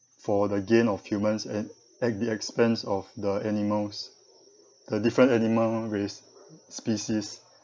for the gain of humans and at the expense of the animals the different animal race species